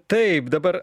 taip dabar